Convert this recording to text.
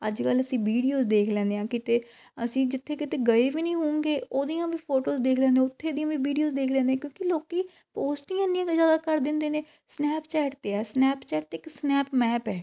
ਅੱਜ ਕੱਲ੍ਹ ਅਸੀਂ ਵੀਡੀਓਸ ਦੇਖ ਲੈਂਦੇ ਹਾਂ ਕਿਤੇ ਅਸੀਂ ਜਿੱਥੇ ਕਿਤੇ ਗਏ ਵੀ ਨਹੀਂ ਹੋਣਗੇ ਉਹਦੀਆਂ ਵੀ ਫੋਟੋਸ ਦੇਖ ਲੈਂਦੇ ਉੱਥੇ ਦੀਆਂ ਵੀ ਵੀਡੀਓਸ ਦੇਖ ਲੈਂਦੇ ਕਿਉਂਕਿ ਲੋਕ ਪੋਸਟ ਹੀ ਇੰਨੀਆਂ ਕੁ ਜ਼ਿਆਦਾ ਕਰ ਦਿੰਦੇ ਨੇ ਸਨੈਪਚੈਟ 'ਤੇ ਆ ਸਨੈਪਚੈਟ 'ਤੇ ਇੱਕ ਸਨੈਪ ਮੈਪ ਹੈ